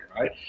right